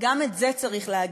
גם את זה צריך להגיד.